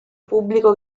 pubblico